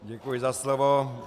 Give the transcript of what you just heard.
Děkuji za slovo.